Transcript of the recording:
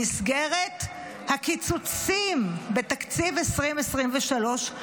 במסגרת הקיצוצים בתקציב 2023,